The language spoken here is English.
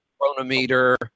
chronometer